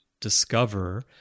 discover